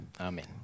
Amen